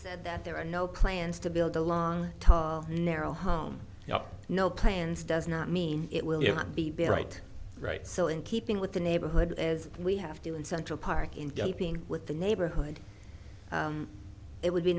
said that there are no plans to build a long time narrow home no plans does not mean it will not be bright right so in keeping with the neighborhood as we have to do in central park in keeping with the neighborhood it would be